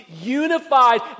unified